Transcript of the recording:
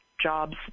jobs